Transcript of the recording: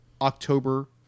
October